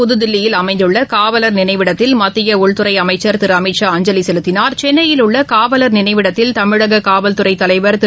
புதுதில்லியில் அமைந்துள்ள காவலர் நினைவிடத்தில் மத்திய உள்துறை அமைச்சர் திரு அமித்ஷா அஞ்சலி செலுத்தினார் சென்னையில் உள்ள காவலர் நினைவிடத்தில் தமிழக காவல்துறை தலைவர் திரு